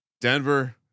Denver